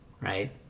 right